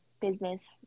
business